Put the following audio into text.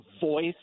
voice